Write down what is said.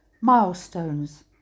milestones